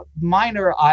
minor